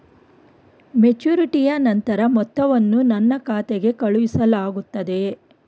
ಮೆಚುರಿಟಿಯ ನಂತರ ಮೊತ್ತವನ್ನು ನನ್ನ ಖಾತೆಗೆ ಕಳುಹಿಸಲಾಗುತ್ತದೆಯೇ?